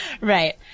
Right